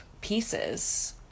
pieces